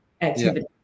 activity